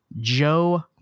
Joe